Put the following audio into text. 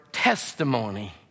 Testimony